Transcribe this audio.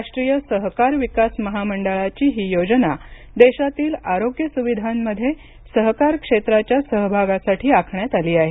राष्ट्रीय सहकार विकास महामंडळाची ही योजना देशातील आरोग्य सुविधांमध्ये सहकार क्षेत्राच्या सहभागासाठी आखण्यात आली आहे